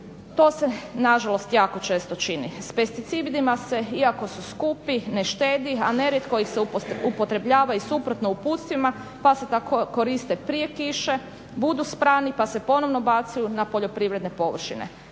to se nažalost jako često čini. S pesticidima se iako su skupi ne štedi, a nerijetko ih se upotrebljava i suprotno uputstvima pa se tako koriste prije kiše, budu sprani pa se ponovno bacaju na poljoprivredne površine.